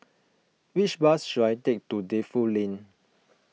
which bus should I take to Defu Lane